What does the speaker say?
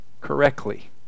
correctly